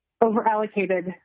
over-allocated